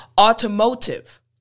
automotive